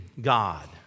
God